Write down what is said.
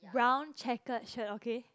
brown checkered shirt okay